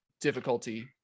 difficulty